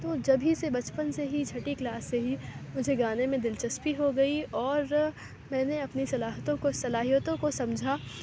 تو جبھی سے بچپن سے ہی چھٹی کلاس سے ہی مجھے گانے میں دلچسپی ہو گئی اور میں نے اپنے صلاحیتوں کو صلاحیتوں کو سمجھا